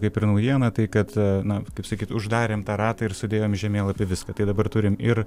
kaip ir naujiena tai kad na kaip sakyt uždarėm tą ratą ir sudėjom į žemėlapį viską tai dabar turim ir